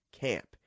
camp